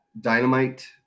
Dynamite